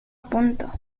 punto